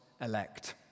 elect